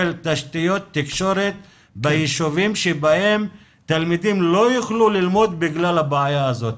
תשתיות תקשורת בישובים בהם תלמידים לא יוכלו ללמוד בגלל הבעיה הזאת.